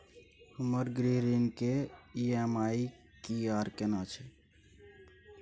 हमर गृह ऋण के ई.एम.आई की आर केना छै?